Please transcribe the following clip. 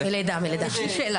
שלוש.